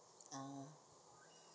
ah